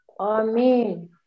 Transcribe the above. Amen